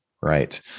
Right